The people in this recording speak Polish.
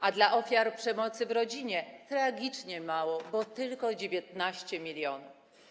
A dla ofiar przemocy w rodzinie - tragicznie mało, bo tylko 19 mln.